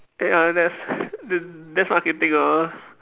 and ah that's that that's what I can think ah